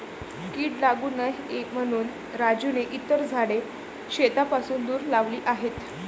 कीड लागू नये म्हणून राजूने इतर झाडे शेतापासून दूर लावली आहेत